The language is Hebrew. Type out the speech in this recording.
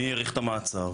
מי האריך את המעצר?